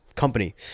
Company